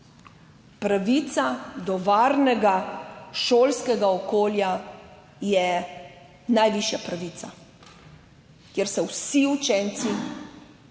Pravica do varnega šolskega okolja je najvišja pravica, kjer se vsi učenci, vsi